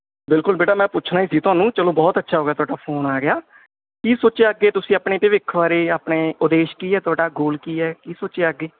ਬਿਲਕੁਲ ਬੇਟਾ ਮੈਂ ਪੁੱਛਣਾ ਹੀ ਸੀ ਤੁਹਾਨੂੰ ਚਲੋ ਬਹੁਤ ਅੱਛਾ ਹੋ ਗਿਆ ਤੁਹਾਡਾ ਫੋਨ ਆ ਗਿਆ ਕੀ ਸੋਚਿਆ ਅੱਗੇ ਤੁਸੀਂ ਆਪਣੇ ਭਵਿੱਖ ਬਾਰੇ ਆਪਣੇ ਉਦੇਸ਼ ਕੀ ਆ ਤੁਹਾਡਾ ਗੋਲ ਕੀ ਹੈ ਕੀ ਸੋਚਿਆ ਅੱਗੇ